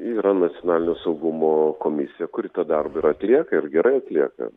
yra nacionalinio saugumo komisija kuri tą darbą ir atlieka ir gerai atlieka